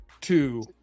two